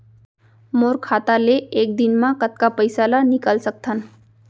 मोर खाता ले एक दिन म कतका पइसा ल निकल सकथन?